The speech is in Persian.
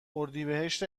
اردیبهشت